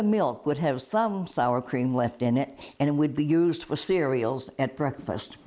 the milk would have some sour cream left in it and it would be used for cereals at breakfast